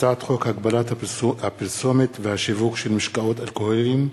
הצעת חוק הגבלת הפרסומת והשיווק של משקאות אלכוהוליים,